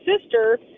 sister